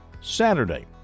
Saturday